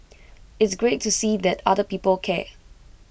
it's great to see that other people care